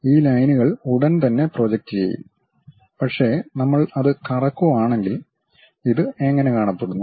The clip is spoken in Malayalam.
ഈ ലൈനുകൾ ഉടൻ തന്നെ പ്രൊജക്റ്റ് ചെയും പക്ഷെ നമ്മൾ അത് കറക്കുവാണെങ്കിൽ അത് എങ്ങനെ കാണപ്പെടുന്നു